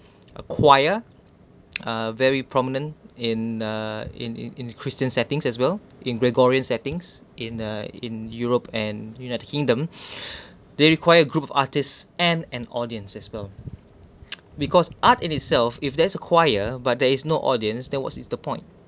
uh choir uh very prominent in uh in in in christian settings as well in gregorian settings in uh in europe and united kingdom they require group of artists and an audience as well because art in itself if there's a choir but there is no audience there was is the point